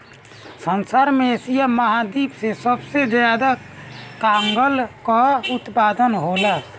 संसार में एशिया महाद्वीप से सबसे ज्यादा कागल कअ उत्पादन होला